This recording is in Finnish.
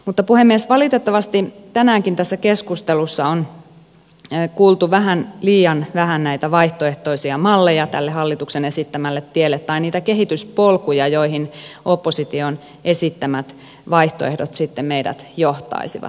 mutta puhemies valitettavasti tänäänkin tässä keskustelussa on kuultu vähän liian vähän näitä vaihtoehtoisia malleja tälle hallituksen esittämälle tielle tai niitä kehityspolkuja joihin opposition esittämät vaihtoehdot sitten meidät johtaisivat